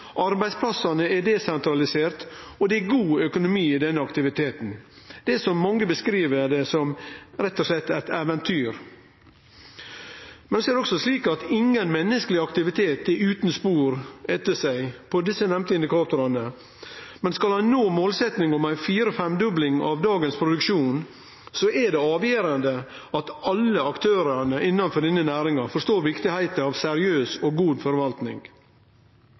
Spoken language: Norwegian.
arbeidsplassane er desentraliserte, og det er god økonomi i denne aktiviteten. Det er – som mange beskriv det som – rett og slett eit eventyr. Så er det også slik at det ikkje er nokon menneskeleg aktivitet som ikkje set spor etter seg når det gjeld dei nemnde indikatorane. Men skal ein nå målsetjinga om ei fire–femdobling av dagens produksjon, er det avgjerande at alle aktørane innanfor denne næringa forstår kor viktig det er med seriøs og god forvaltning.